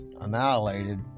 Annihilated